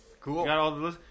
Cool